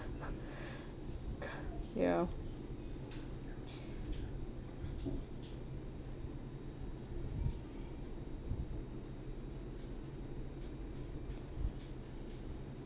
ya